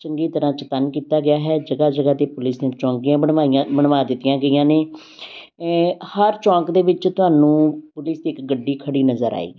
ਚੰਗੀ ਤਰ੍ਹਾਂ ਚੇਤੰਨ ਕੀਤਾ ਗਿਆ ਹੈ ਜਗ੍ਹਾ ਜਗ੍ਹਾ 'ਤੇ ਪੁਲਿਸ ਨੇ ਚੌਂਕੀਆਂ ਬਣਵਾਈਆਂ ਬਣਵਾ ਦਿੱਤੀਆਂ ਗਈਆਂ ਨੇ ਹਰ ਚੌਂਕ ਦੇ ਵਿੱਚ ਤੁਹਾਨੂੰ ਪੁਲਿਸ ਦੀ ਇੱਕ ਗੱਡੀ ਖੜੀ ਨਜ਼ਰ ਆਵੇਗੀ